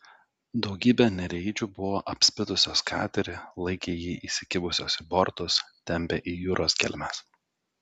daugybė nereidžių buvo apspitusios katerį laikė jį įsikibusios į bortus tempė į jūros gelmes